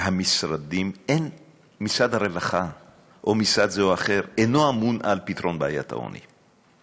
משרד הרווחה או משרד זה או אחר אינו אמון על פתרון בעיית העוני.